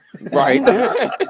right